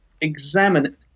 examine